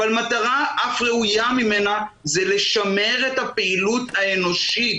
אבל מטרה אף ראויה ממנה זה לשמר את הפעילות האנושית.